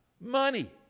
Money